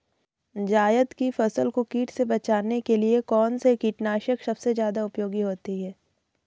जायद की फसल को कीट से बचाने के लिए कौन से कीटनाशक सबसे ज्यादा उपयोगी होती है?